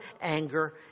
anger